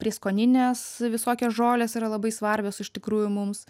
prieskoninės visokios žolės yra labai svarbios iš tikrųjų mums